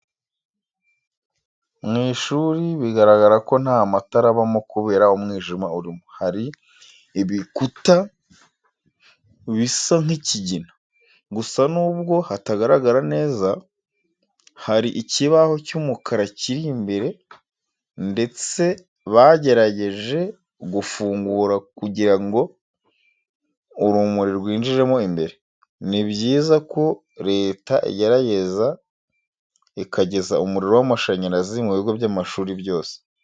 Mu ishuri bigaragara ko nta matara abamo kubera umwijima urimo, hari ibikuta bisa nk'ikigina. Gusa nubwo hatagaragara neza hari ikibaho cy'umukara kiri imbere ndetse bagerageje gufungura kugira ngo urumuri rwinjiremo imbere. Ni byiza ko Leta igerageza ikageza umuriro w'amashanyarazi mu bigo by'amashuri byose.